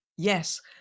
Yes